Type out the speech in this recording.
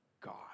God